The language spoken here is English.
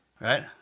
Right